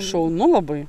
šaunu labai